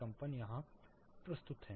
कंपन यहाँ प्रस्तुत हैं